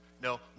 No